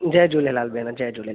जय झूलेलाल भेण जय झूलेलाल